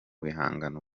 bihangano